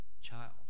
child